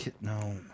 No